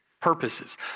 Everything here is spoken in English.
purposes